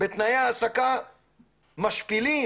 בתנאי העסקה משפילים,